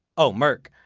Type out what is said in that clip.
oh! merk!